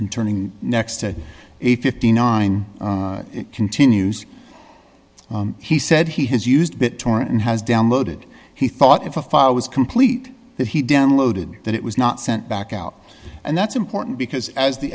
and turning next to a fifty nine it continues he said he has used bit torrent and has downloaded he thought if i was complete that he downloaded that it was not sent back out and that's important because as the